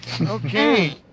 Okay